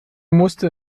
musste